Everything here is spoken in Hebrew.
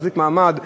להחזיק מעמד,